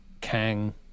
Kang